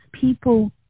people